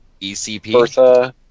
ECP